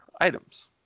items